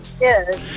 Yes